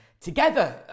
together